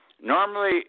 normally